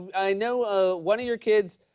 i know ah one of your kids